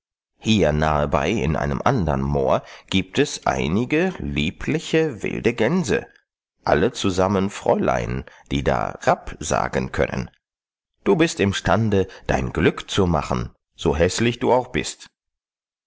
hier nahebei in einem andern moor giebt es einige liebliche wilde gänse alle zusammen fräulein die da rapp sagen können du bist im stande dein glück zu machen so häßlich du auch bist